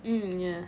mm ya